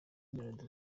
meddy